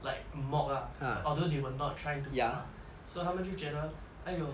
like mock ah although they were not trying to ya so 他们就觉得 !aiyo!